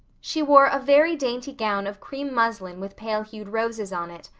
she wore a very dainty gown of cream muslin with pale-hued roses on it.